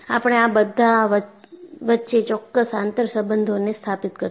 આપણે આ બધા વચ્ચે ચોક્કસ આંતરસંબંધોને સ્થાપિત કરીશું